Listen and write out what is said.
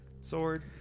sword